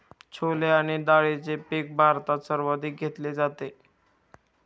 छोले आणि डाळीचे पीक भारतात सर्वाधिक घेतले जाते